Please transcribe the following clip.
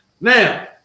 Now